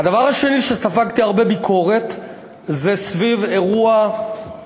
והדבר השני שספגתי הרבה ביקורת עליו זה סביב עניין